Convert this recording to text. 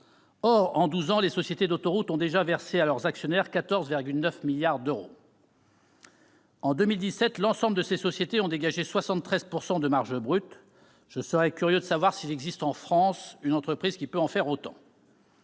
Or, en douze ans, les sociétés d'autoroutes ont déjà versé à leurs actionnaires 14,9 milliards d'euros. En 2017, l'ensemble de ces sociétés ont dégagé 73 % de marge brute ! Je serais curieux de savoir s'il existe, en France, une entreprise qui peut en faire autant.